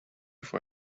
for